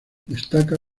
destaca